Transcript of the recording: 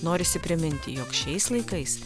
norisi priminti jog šiais laikais